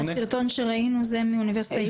הסרטון שראינו הוא מהאוניברסיטה העברית?